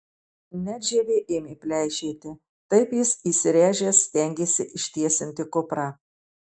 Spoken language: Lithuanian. net žievė ėmė pleišėti taip jis įsiręžęs stengėsi ištiesinti kuprą